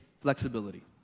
flexibility